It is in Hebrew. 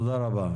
תודה רבה.